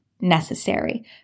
necessary